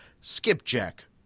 skipjack